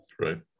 right